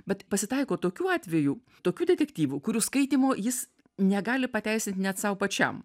bet pasitaiko tokių atvejų tokių detektyvų kurių skaitymo jis negali pateisint net sau pačiam